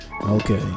Okay